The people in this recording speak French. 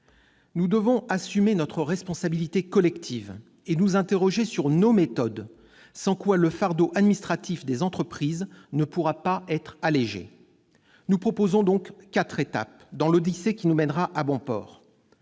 Nous devons assumer notre responsabilité collective et nous interroger sur nos méthodes, sans quoi le fardeau administratif des entreprises ne pourra pas être allégé. Nous proposons donc quatre étapes dans l'odyssée qui nous mènera à bon port.